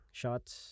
shots